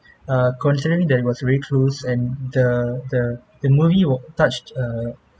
uh considering that it was really close and the the the movie touched err